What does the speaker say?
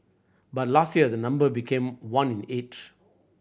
but last year the number became one in eight